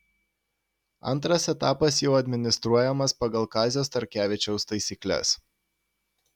antras etapas jau administruojamas pagal kazio starkevičiaus taisykles